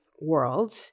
world